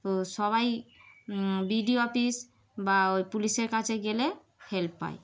তো সবাই B D O office বা ওই পুলিশের কাছে গেলে হেল্প পায়